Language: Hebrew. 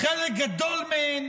חלק הגדול מהן